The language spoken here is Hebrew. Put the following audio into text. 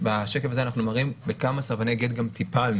בשקף הזה אנחנו מראים גם בכמה סרבני גט טיפלנו,